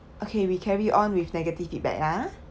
okay we carry on with negative feedback ah